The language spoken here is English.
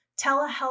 telehealth